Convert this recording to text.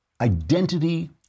Identity